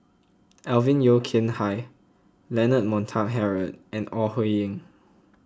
Alvin Yeo Khirn Hai Leonard Montague Harrod and Ore Huiying